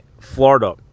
Florida